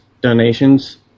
donations